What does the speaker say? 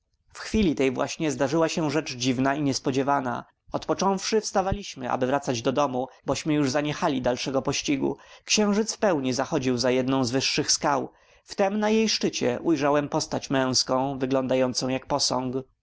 w chwili tej właśnie zdarzyła się rzecz dziwna i niespodziewana odpocząwszy wstawaliśmy aby wracać do domu bośmy już zaniechali dalszego pościgu księżyc w pełni zachodził za jedną z wyższych skał wtem na jej szczycie ujrzałem postać męską wyglądającą jak posąg